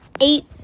eight